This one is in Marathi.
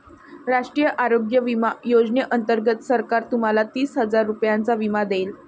राष्ट्रीय आरोग्य विमा योजनेअंतर्गत सरकार तुम्हाला तीस हजार रुपयांचा विमा देईल